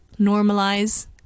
normalize